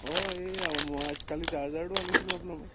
অ' এই ম কালি চাৰ্জাৰটো আনিছিলো আপোনাৰ পৰা